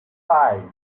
five